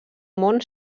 món